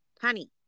Honey